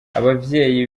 abavyeyi